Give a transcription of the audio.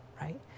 right